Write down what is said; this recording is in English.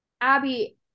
Abby